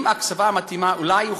יואל, עם הקצבה מתאימה, אולי,